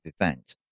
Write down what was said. event